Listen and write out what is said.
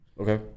Okay